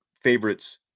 favorites